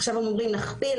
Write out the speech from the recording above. עכשיו אמורים להכפיל,